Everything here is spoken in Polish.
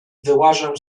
wyłażę